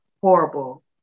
horrible